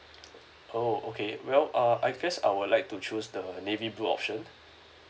oh okay well uh I guess I would like to choose the navy blue option